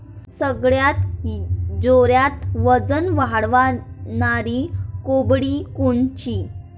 सगळ्यात जोरात वजन वाढणारी कोंबडी कोनची?